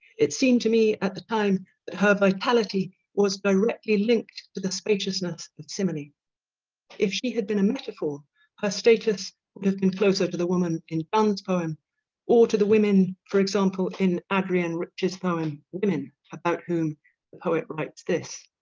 it seemed to me at the time that her vitality was directly linked to the spaciousness of simone if she had been metaphor her status would have been closer to the woman in donne's poem or to the women for example in adrienne rich's poem woman, about whom the poet writes this